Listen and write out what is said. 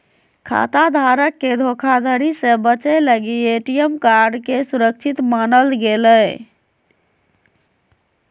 खाता धारक के धोखाधड़ी से बचे लगी ए.टी.एम कार्ड के सुरक्षित मानल गेलय